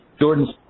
Jordan